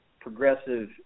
progressive